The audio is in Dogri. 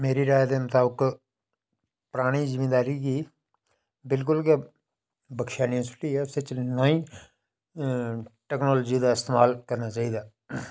स्हाड़े उधमपुर एरिया दे बिच खासकर डोगरी गै बोल्ली जंदी पर